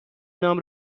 نام